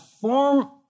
form